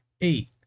eight